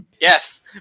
Yes